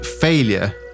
failure